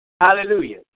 Hallelujah